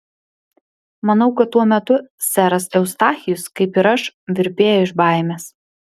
manau kad tuo metu seras eustachijus kaip ir aš virpėjo iš baimės